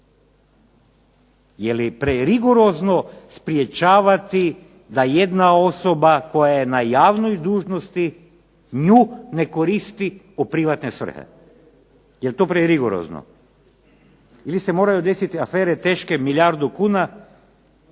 je li prerigorozno sprječavati da jedna osoba koja je na javnoj dužnosti nju ne koristi u privatne svrhe. Je li to prerigorozno? Ili se moraju desiti afere teške milijardu kuna